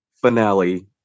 finale